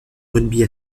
rugby